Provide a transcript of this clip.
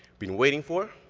been waiting for,